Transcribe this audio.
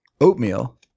oatmeal